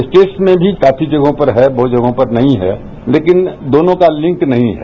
states में भी काफी जगहों पर है बहुत सी जगहों पर नहीं है लेकिन दोनों का लिंक नहीं है